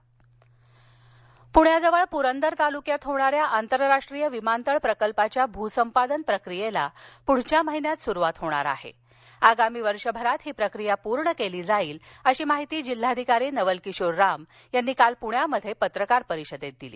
जिल्हाधिकारी पत्रकार परिषद पणे पुण्याजवळ पुरंदर तालुक्यात होणाऱ्या आंतरराष्ट्रीय विमानतळ प्रकल्पाच्या भूसंपादन प्रक्रियेला पुढच्या महिन्यात सुरुवात होणार असून आगामी वर्षभरात ही प्रक्रिया पूर्ण केली जाईल अशी माहिती जिल्हाधिकारी नवल किशोर राम यांनी काल पूण्यात पत्रकार परिषदेत दिली